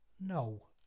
no